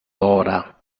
ora